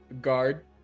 guard